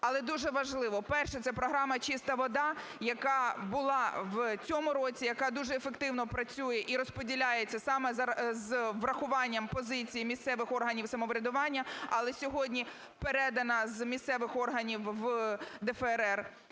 але дуже важливо. Перше – це програма "Чиста вода", яка була в цьому році, яка дуже ефективно працює і розподіляється саме з врахуванням позиції місцевих органів самоврядування, але сьогодні передана з місцевих органів в ДФРР.